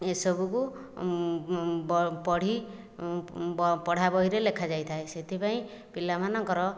ଏସବୁକୁ ପଢ଼ି ପଢ଼ା ବହିରେ ଲେଖାଯାଇଥାଏ ସେଥିପାଇଁ ପିଲାମାନଙ୍କର